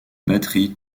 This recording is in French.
batterie